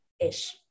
ish